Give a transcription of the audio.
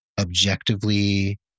objectively